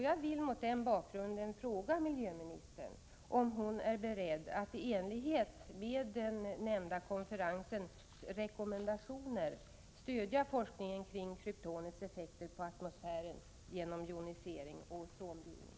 Jag vill mot denna bakgrund fråga miljöministern om hon är beredd att i enlighet med Villach-konferensens rekommendationer stödja forskning om kryptonets effekter på atmosfären genom jonisering och ozonbildning.